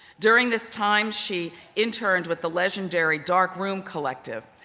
during this time, she interned with the legendary dark room collective,